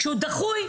כשהוא דחוי,